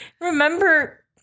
remember